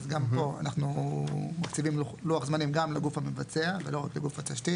אז גם פה אנחנו מקציבים לוח זמנים גם לגוף המבצע ולא רק לגוף התשתית,